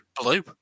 blue